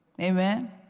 amen